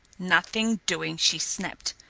nothing doing, she snapped.